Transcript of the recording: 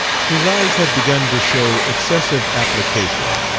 his eyes had begun to show excessive application